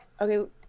okay